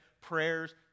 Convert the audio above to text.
prayers